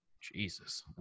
Jesus